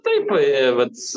taip vat